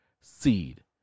seed